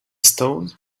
stone